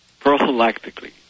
prophylactically